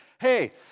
hey